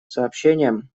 сообщениям